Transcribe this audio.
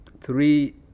three